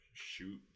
Shoot